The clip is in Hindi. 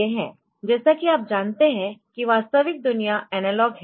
जैसा कि आप जानते है कि वास्तविक दुनिया एनालॉग है